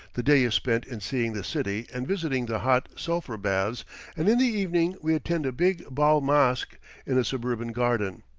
the day is spent in seeing the city and visiting the hot sulphur baths and in the evening we attend a big bal masque in a suburban garden.